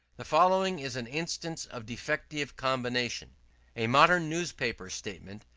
the following is an instance of defective combination a modern newspaper-statement,